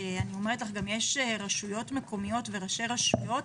ואני אומרת לך שיש גם רשויות מקומיות וראשי רשויות,